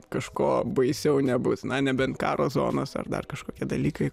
kažko baisiau nebus na nebent karo zonos ar dar kažkokie dalykai